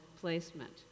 placement